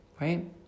right